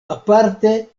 aparte